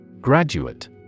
Graduate